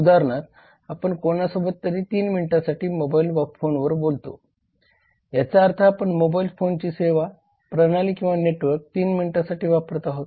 उदाहरणार्थ आपण कोणासोबत तरी ३ मिनिटांसाठी मोबाईल फोनवर बोलतो याचाअर्थ आपण मोबाईल फोनची सेवा प्रणाली किंवा नेटवर्क ३ मिनिटांसाठी वापरत आहोत